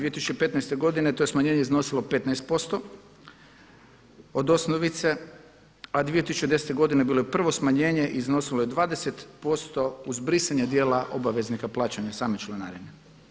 2015. godine to je smanjenje iznosilo 15 posto od osnovice, a 2010. godine bilo je prvo smanjenje i iznosilo je 20 posto uz brisanje dijela obveznika plaćanja same članarine.